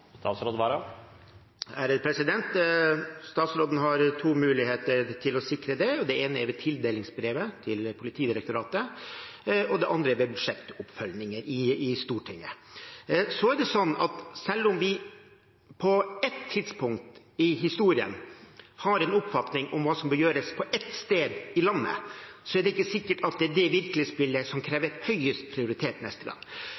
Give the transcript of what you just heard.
Statsråden har to muligheter til å sikre det. Det ene er ved tildelingsbrevet til Politidirektoratet, og det andre er ved budsjettoppfølging i Stortinget. Selv om vi på ett tidspunkt i historien har en oppfatning om hva som bør gjøres på ett sted i landet, er det ikke sikkert at det er det virkelighetsbildet som krever høyest prioritet neste gang.